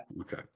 Okay